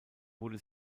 wurde